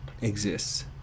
Exists